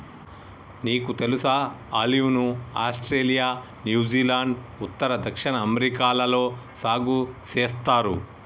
నీకు తెలుసా ఆలివ్ ను ఆస్ట్రేలియా, న్యూజిలాండ్, ఉత్తర, దక్షిణ అమెరికాలలో సాగు సేస్తారు